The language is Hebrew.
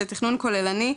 לתכנון כוללני,